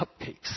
cupcakes